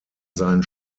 sein